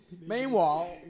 Meanwhile